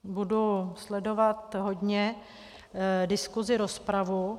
Budu sledovat hodně diskusi, rozpravu.